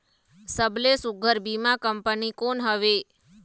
सबले सुघ्घर बीमा कंपनी कोन हवे?